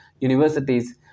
universities